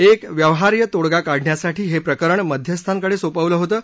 एक व्यवहार्य तोङगा काढण्यासाठी हे प्रकरण मध्यस्थांकडे सोपवलं होतं